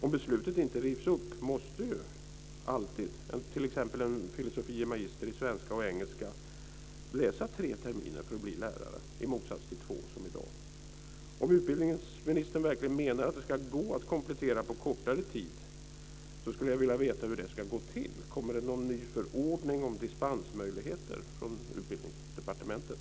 Om beslutet inte rivs upp måste alltid t.ex. en filosofie magister i svenska och engelska läsa tre terminer för att bli lärare i motsats till två, som i dag. Om utbildningsministern verkligen menar att det ska gå att komplettera på kortare tid skulle jag vilja veta hur det ska gå till. Kommer det någon ny förordning om dispensmöjligheter från Utbildningsdepartementet?